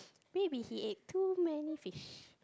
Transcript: maybe he ate too many fish